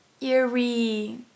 eerie